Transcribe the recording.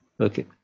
Okay